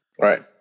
Right